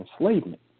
enslavement